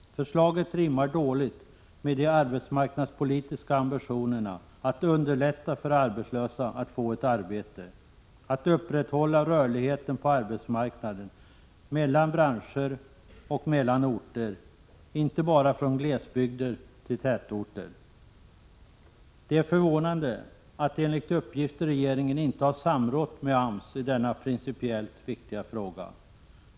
Förslaget rimmar dåligt med de arbetsmarknadspolitiska ambitionerna att underlätta för arbetslösa att få ett arbete, att upprätthålla rörligheten på arbetsmarknaden, mellan branscher och mellan orter, inte bara från glesbygder till tätorter. Det är förvånande att enligt uppgift regeringen inte har samrått med AMS i denna principiellt viktiga fråga.